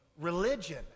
religion